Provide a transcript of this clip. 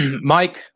Mike